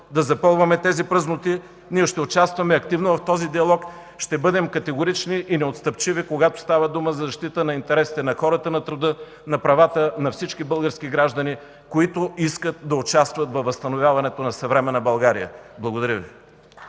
да запълваме тези празноти. Ние ще участваме активно в този диалог, ще бъдем категорични и неотстъпчиви, когато става дума за защита на интересите на хората на труда, на правата на всички български граждани, които искат да участват във възстановяването на съвременна България. Благодаря Ви.